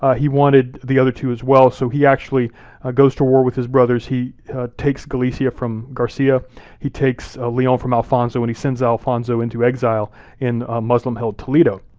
ah he wanted the other two as well. so he actually goes to war with his brothers. he takes galicia from garcia he takes ah leon from alfonso. ans he sends alfonso into exile in muslim-held toledo.